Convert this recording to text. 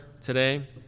today